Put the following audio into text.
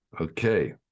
okay